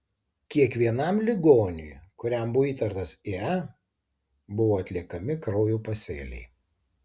kiekvienam ligoniui kuriam buvo įtartas ie buvo atliekami kraujo pasėliai